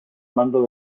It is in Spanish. mando